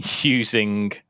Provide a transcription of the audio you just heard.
using